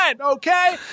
okay